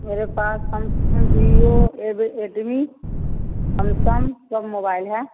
मेरे पास Samsung Vivo Redmi Samsung सब मोबाइल हैं